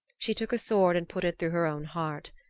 she took a sword and put it through her own heart.